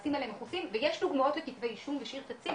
שהמעשים האלה מכוסים ויש פעולות לכתבי אישום ושיר תציג,